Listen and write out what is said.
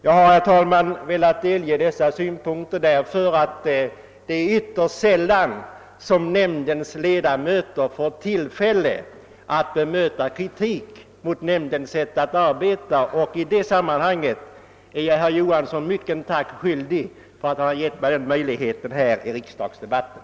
Jag har, herr talman, velat anföra dessa synpunkter eftersom det är ytterst sällan som nämndens ledamöter får tillfälle att bemöta kritik mot nämndens sätt att arbeta. Av den anledningen är jag herr Johansson i Skärstad mycken tack skyldig för att han har givit mig den möjligheten här i riksdagsdebatten.